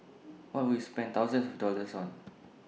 what would you spend thousands of dollars on